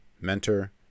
mentor